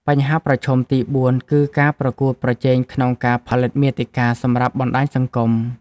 បញ្ហាប្រឈមទី៤ គឺការប្រកួតប្រជែងក្នុងការផលិតមាតិកាសម្រាប់បណ្ដាញសង្គម។